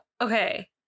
okay